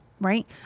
right